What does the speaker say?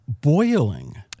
boiling